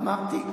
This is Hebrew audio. אמרתי.